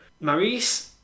Maurice